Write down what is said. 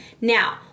Now